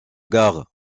gare